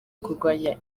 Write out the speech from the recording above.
kurwanya